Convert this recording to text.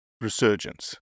resurgence